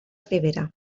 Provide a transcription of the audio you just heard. ribera